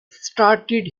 started